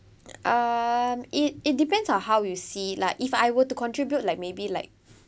um it it depends on how you see it lah if I were to contribute like maybe like